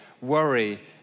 worry